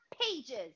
pages